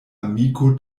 amiko